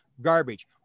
garbage